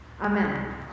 Amen